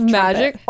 magic